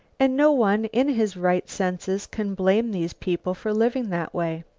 and no one in his right senses can blame these people for living that way.